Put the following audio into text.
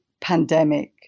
pandemic